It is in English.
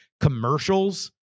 commercials